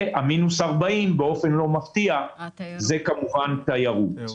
ומינוס 40 באופן לא מפתיע זה כמובן התיירות.